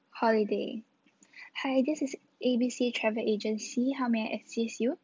holiday hi is A B C travel agency how may I assist you